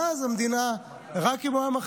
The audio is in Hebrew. ואז המדינה הייתה מכירה לו בזה רק אם הוא היה מכניס.